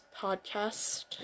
podcast